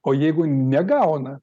o jeigu negauna